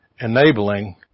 enabling